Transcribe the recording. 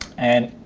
and